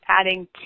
adding